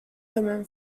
hermann